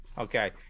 Okay